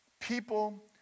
People